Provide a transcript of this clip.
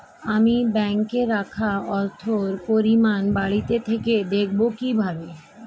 আমি ব্যাঙ্কে রাখা অর্থের পরিমাণ বাড়িতে থেকে দেখব কীভাবে?